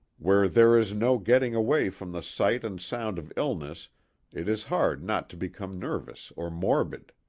where there is no getting away from the sight and sound of illness it is hard not to become nervous or morbid.